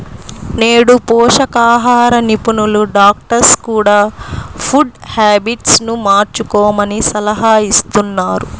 నేడు పోషకాహార నిపుణులు, డాక్టర్స్ కూడ ఫుడ్ హ్యాబిట్స్ ను మార్చుకోమని సలహాలిస్తున్నారు